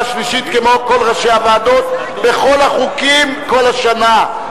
שלישית כמו כל ראשי הוועדות בכל החוקים כל השנה,